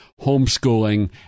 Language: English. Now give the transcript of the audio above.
Homeschooling